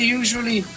usually